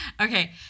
okay